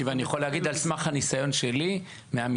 אני יכול להגיד על סמך הניסיון שלי מהמשטרה,